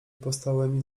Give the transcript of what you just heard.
powstałymi